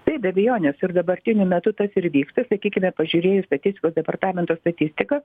taip be abejonės ir dabartiniu metu tas ir vyksta sakykime pažiūrėjus statistikos departamento statistiką